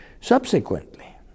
Subsequently